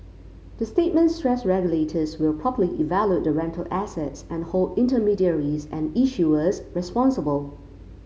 the statement stressed regulators will properly evaluate the rental assets and hold intermediaries and issuers responsible